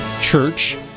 Church